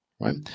right